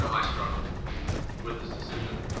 know i struggled with this decision,